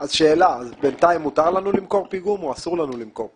בינתיים מותר לנו למכור פיגום או אסור לנו למכור פיגום?